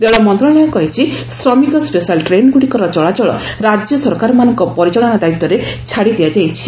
ରେଳ ମନ୍ତ୍ରଣାଳୟ କହିଛି ଶ୍ରମିକ ସ୍ୱେଶାଲ୍ ଟ୍ରେନ୍ଗୁଡ଼ିକର ଚଳାଚଳ ରାଜ୍ୟ ସରକାରମାନଙ୍କ ପରିଚାଳନା ଦାୟିତ୍ୱରେ ଛାଡିଦିଆଯାଇଛି